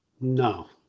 No